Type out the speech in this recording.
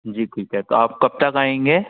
जी ठीक है तो आप कब तक आएँगे